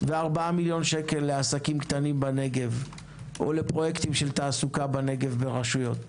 ו-4 מיליון שקל לעסקים קטנים בנגב או לפרויקטים של תעסוקה בנגב ברשויות?